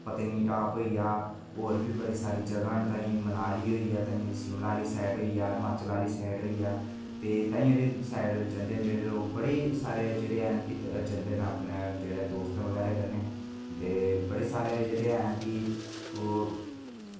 पत्तनीटाप होइया होर बी बड़ी सारी जगह न ताहीं मनाली होइया ताहीं शिमला आह्ली साईड होइया हिमाचल आह्ली साईड होइया ते ताहीं आह्ली साईड जंदे न जेह्ड़े लोग की बड़े सारे हैन जेह्ड़े की जंदे न अपने जेह्ड़ दोस्तें बगैरा कन्नै ते बड़े सारे जेह्ड़े हैन कि ओह्